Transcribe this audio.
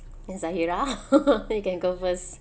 and zahirah you can go first